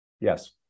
Yes